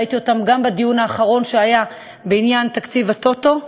ראיתי אותם גם בדיון האחרון שהיה בעניין תקציב ה"טוטו",